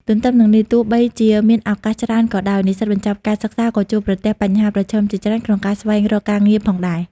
ទន្ទឹមនិងនេះទោះបីជាមានឱកាសច្រើនក៏ដោយ និស្សិតបញ្ចប់ការសិក្សាក៏ជួបប្រទះបញ្ហាប្រឈមជាច្រើនក្នុងការស្វែងរកការងារផងដែរ។